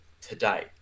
today